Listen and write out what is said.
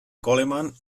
coleman